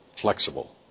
flexible